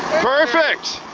perfect!